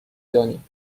دانی